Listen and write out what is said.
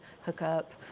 hookup